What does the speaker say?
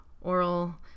oral